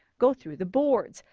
go through the boards,